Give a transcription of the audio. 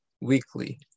weekly